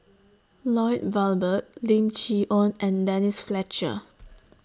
Lloyd Valberg Lim Chee Onn and Denise Fletcher